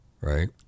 right